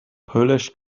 polish